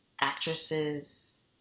Actresses